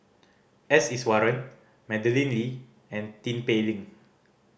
S Iswaran Madeleine Lee and Tin Pei Ling